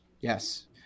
Yes